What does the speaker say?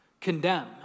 Condemn